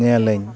ᱧᱮᱞᱟᱹᱧ